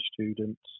students